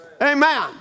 Amen